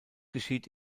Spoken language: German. geschieht